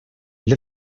для